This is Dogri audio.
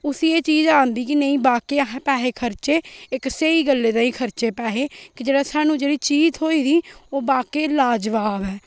उस्सी एह् चीज आंदी की नेईं बाके असे पैहे खर्चे इक स्हेई गल्ले ताई खर्चे पैहे की जेह्ड़ा सानु जेह्ड़ी चीज थोई दी ओह् बाकेई लाजवाब ऐ